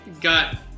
got